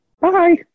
Bye